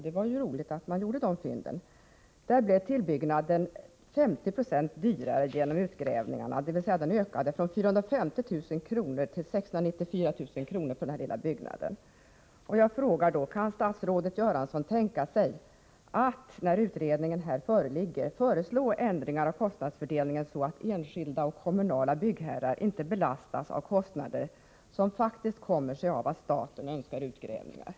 Det var i och för sig roligt, men tillbyggnaden blev 50 20 dyrare genom utgrävningarna. Kostnaderna för denna lilla tillbyggnad ökade från 450 000 till 694 000 kr. Jag frågar: Kan statsrådet Göransson tänka sig att, när utredningen föreligger, föreslå ändringar i kostnadsfördelningen, så att enskilda och kommunala byggherrar inte belastas av kostnader som faktiskt kommer sig av att staten önskar utgrävningar?